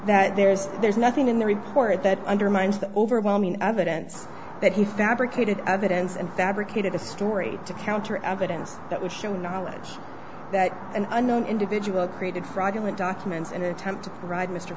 that there's there's nothing in the report that undermines the overwhelming evidence that he fabricated evidence and fabricated a story to counter evidence that would show knowledge that an unknown individual created fraudulent documents in an attempt to provide mr